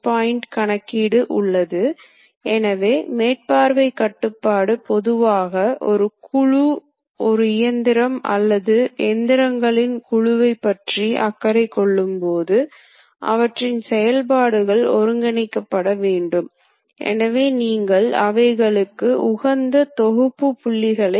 scrap வீதம் குறைக்கப்படுகிறது ஏனெனில் பகுதி நிரல்கள் விஞ்ஞான தேர்வுமுறை முறைகளைப் பயன்படுத்தி கவனமாக எழுதப்பட்டுள்ளன